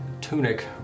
tunic